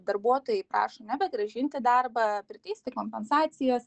darbuotojai prašo nebegrąžinti į darbą priteisti kompensacijas